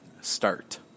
start